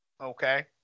Okay